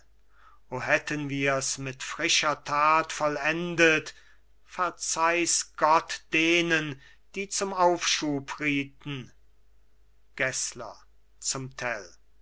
o hätten wir's mit frischer tat vollendet verzeih's gott denen die zum aufschub rieten gessler zum